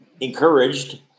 encouraged